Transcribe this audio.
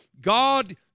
God